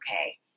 okay